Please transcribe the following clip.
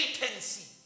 latency